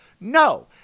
No